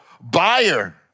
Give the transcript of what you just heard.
buyer